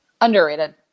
Underrated